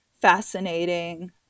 fascinating